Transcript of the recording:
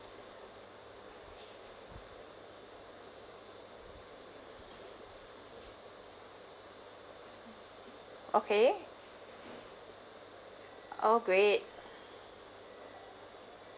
okay oh great